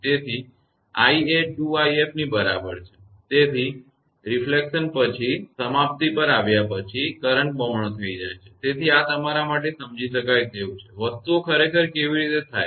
તેથી i એ 2𝑖𝑓 ની બરાબર છે તેથી પ્રતિબિંબ પછી સમાપ્તિ પર આવ્યા પછી કરંટ બમણો થઈ જાય છે તેથી આ તમારા માટે સમજી શકાય તેવું છે કે વસ્તુઓ ખરેખર કેવી રીતે થાય છે